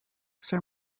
sir